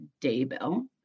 Daybell